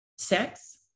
Sex